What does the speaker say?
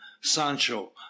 sancho